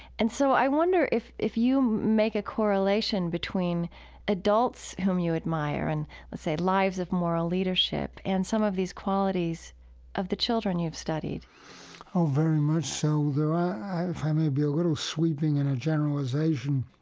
and so i wonder if if you make a correlation between adults whom you admire and let's say lives of moral leadership and some of these qualities of the children you've studied oh, very much so. if if i may be a little sweeping in a generalization,